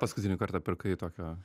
paskutinį kartą pirkai tokio